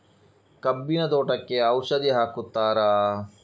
ಕಬ್ಬಿನ ತೋಟಕ್ಕೆ ಔಷಧಿ ಹಾಕುತ್ತಾರಾ?